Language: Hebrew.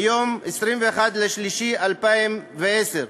מיום 21 במרס 2010,